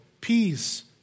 peace